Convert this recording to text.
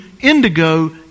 indigo